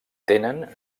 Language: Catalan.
tenen